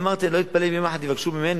אמרתי: אני לא אתפלא אם יום אחד יבקשו ממני